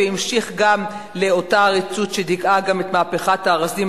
והמשיך גם לאותה עריצות שדיכאה גם את "מהפכת הארזים"